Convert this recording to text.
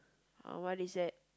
uh what is that